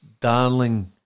darling